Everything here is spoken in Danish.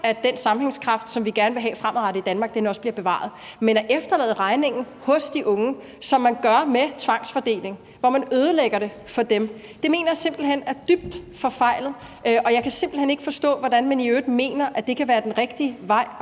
at den sammenhængskraft, som vi gerne vil have fremadrettet i Danmark, bliver bevaret. Men at efterlade regningen hos de unge, som man gør med tvangsfordeling, hvor man ødelægger det for dem, mener jeg simpelt hen er dybt forfejlet, og jeg kan simpelt hen ikke forstå, hvordan man i øvrigt mener, at det kan være den rigtige vej at